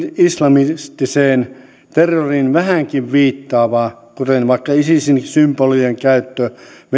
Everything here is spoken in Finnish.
islamistiseen terroriin vähänkin viittaava kuten vaikka isisin symbolien käyttö